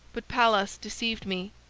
but pallas deceived me,